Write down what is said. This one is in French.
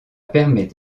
permet